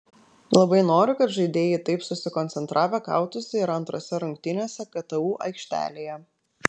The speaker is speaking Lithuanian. labai noriu kad žaidėjai taip susikoncentravę kautųsi ir antrose rungtynėse ktu aikštelėje